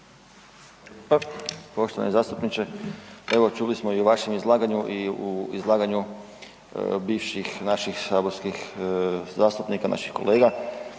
Poštovani zastupniče. Evo čuli smo i u vašem izlaganju i u izlaganju bivših naših saborskih zastupnika, naših kolega